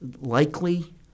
likely